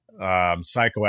psychoactive